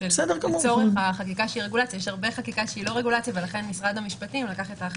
אז יצאו הנחיות על איך מפרסמים נכון,